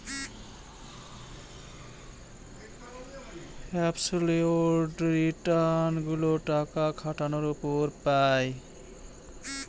absolute return গুলো টাকা খাটানোর উপর পাই